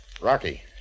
Rocky